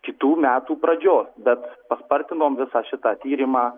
kitų metų pradžios bet paspartinom visą šitą tyrimą